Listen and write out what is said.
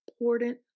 important